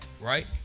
Right